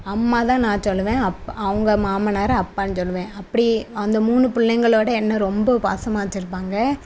அம்மா தான் நான் சொல்லுவேன் அப்அவங்க மாமனார் அப்பானு சொல்லுவேன் அப்படியே அந்த மூணு பிள்ளைங்களோட என்ன ரொம்ப பாசமாக வச்சிருப்பாங்க